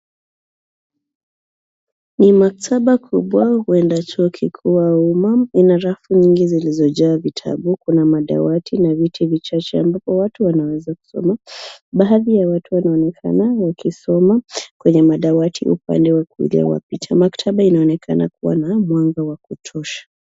Ni maktaba kubwa huenda chuo kikuu au umma, ina rafu nyingi zilizojaa vitabu, kuna madawati na viti vichache ambapo watu wanaweza kusoma. Baadhi ya watu wanaoenakana wakisoma kwenye madawati upande wa kulia wa picha. Maktaba inaonekana kuwa na mwanga wa kutosha.